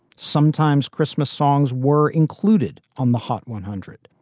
sometimes christmas songs were included on the hot one hundred,